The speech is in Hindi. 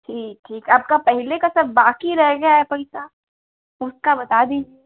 ठीक ठीक आपका पहले का सब बाकी रह गया है पैसा उसका बता दीजिए